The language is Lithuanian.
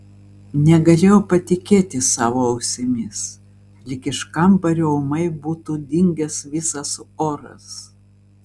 negalėjau patikėti savo ausimis lyg iš kambario ūmai būtų dingęs visas oras